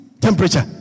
temperature